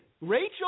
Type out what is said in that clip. Rachel